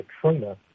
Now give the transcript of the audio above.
Katrina